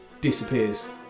disappears